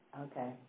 Okay